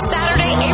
Saturday